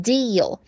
Deal